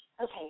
Okay